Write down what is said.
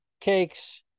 Cakes